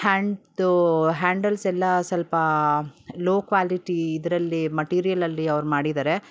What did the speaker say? ಹ್ಯಾಂಡ್ದು ಹ್ಯಾಂಡಲ್ಸೆಲ್ಲಾ ಸ್ವಲ್ಪ low quality ಇದ್ರಲ್ಲಿ ಮಟೀರಿಯಲಲ್ಲಿ ಅವರು ಮಾಡಿದ್ದಾರೆ